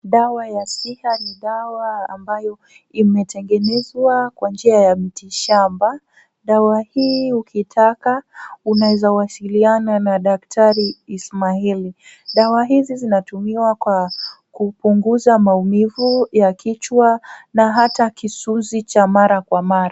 Dawa ya sita ni dawa ambayo imetengenezwa kwa njia ya mti shamba. Dawa hii ukitaka, unaweza wasiliana na daktari Ismaili. Dawa hizi zinatumiwa kwa kupunguza maumivu ya kichwa na hata kisuzi cha mara kwa mara.